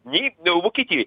nei vokietijoj